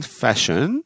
fashion